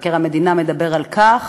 מבקר המדינה מדבר על כך